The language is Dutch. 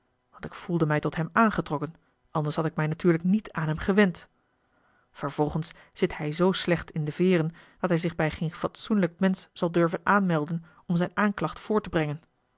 want ik voelde mij tot hem aangetrokken anders had ik mij natuurlijk niet aan hem gewend vervolgens zit hij zoo slecht in de veêren dat hij zich bij geen fatsoenlijk mensch zal durven aanmelden om zijne aanklacht voor te brengen